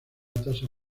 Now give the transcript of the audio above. tasa